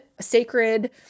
sacred